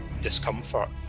discomfort